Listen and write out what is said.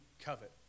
covet